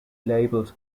labelled